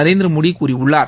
நரேந்திர மோடி கூறியுள்ளார்